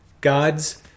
God's